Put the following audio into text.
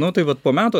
nu tai vat po metų